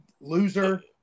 loser